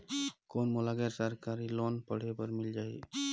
कौन मोला गैर सरकारी लोन पढ़े बर मिल जाहि?